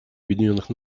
объединенных